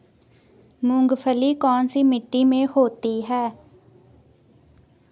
मूंगफली कौन सी मिट्टी में होती है?